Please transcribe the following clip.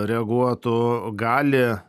reaguotų gali